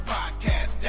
Podcast